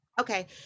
okay